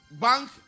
Bank